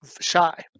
shy